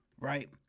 right